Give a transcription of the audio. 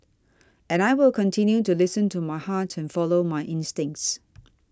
and I will continue to listen to my heart and follow my instincts